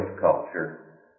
culture